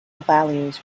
values